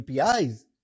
APIs